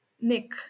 Nick